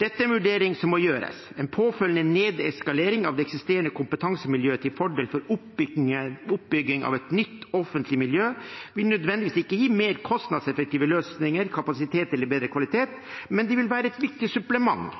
Dette er en vurdering som må gjøres. En påfølgende nedskalering av det eksisterende kompetansemiljøet til fordel for oppbygging av et nytt offentlig miljø vil ikke nødvendigvis gi mer kostnadseffektive løsninger, kapasitet eller bedre kvalitet, men det vil være et viktig supplement.